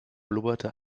blubberte